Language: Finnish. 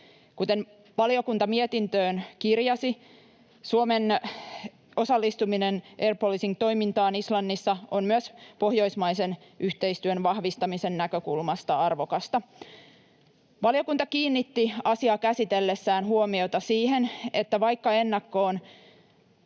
Kuten valiokunta mietintöön kirjasi, Suomen osallistuminen air policing -toimintaan Islannissa on myös pohjoismaisen yhteistyön vahvistamisen näkökulmasta arvokasta. Valiokunta kiinnitti asiaa käsitellessään huomiota siihen, että vaikka ennakkoon